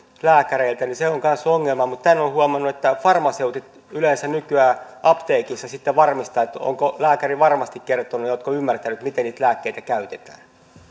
lääkäreiltä on myös ongelma mutta olen huomannut että farmaseutit yleensä nykyään apteekissa sitten varmistavat onko lääkäri varmasti kertonut ja oletko ymmärtänyt miten niitä lääkkeitä käytetään